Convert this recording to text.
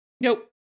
Nope